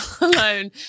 alone